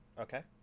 Okay